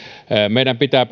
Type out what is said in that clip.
meidän pitää